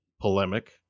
polemic